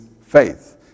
faith